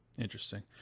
Interesting